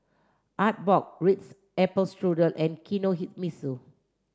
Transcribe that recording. Artbox Ritz Apple Strudel and Kinohimitsu